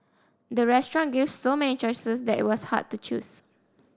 the restaurant gave so many choices that it was hard to choose